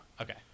Okay